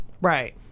Right